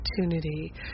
opportunity